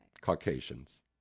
Caucasians